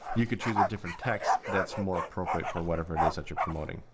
you could choose a different text that's more appropriate for whatever it is that you're promoting.